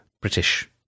British